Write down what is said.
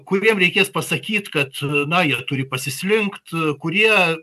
kuriem reikės pasakyt kad na jie turi pasislinkt kurie